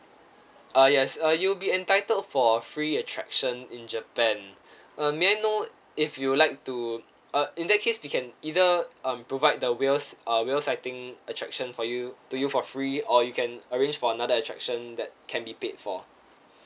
uh yes uh you'll be entitled for a free attraction in japan uh may I know if you'll like to uh in that case we can either um provide the whales uh whale sighting attraction for you to you for free or you can arrange for another attraction that can be paid for